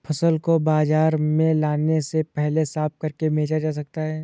फसल को बाजार में लाने से पहले साफ करके बेचा जा सकता है?